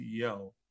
CEO